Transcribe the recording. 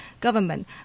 government